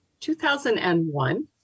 2001